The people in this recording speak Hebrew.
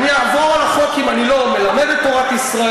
אני אעבור על החוק אם אני לא מלמד את תורת ישראל,